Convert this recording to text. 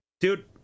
dude